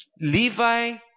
Levi